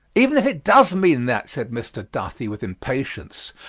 even if it does mean that, said mr. duthie, with impatience,